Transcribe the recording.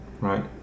right